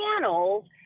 channels –